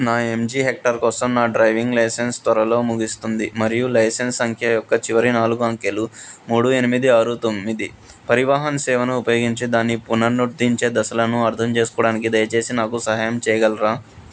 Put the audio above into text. నా MG Hector కోసం నా డ్రైవింగ్ లైసెన్స్ త్వరలో ముగుస్తుంది మరియు లైసెన్స్ సంఖ్య యొక్క చివరి నాలుగు అంకెలు మూడు ఎనిమిది ఆరు తొమ్మిది పరివాహన్ సేవను ఉపయోగించి దాన్ని పునరుద్దరించే దశలను అర్థం చేసుకోవడానికి దయచేసి నాకు సహాయం చేయగలరా